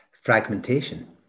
Fragmentation